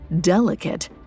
delicate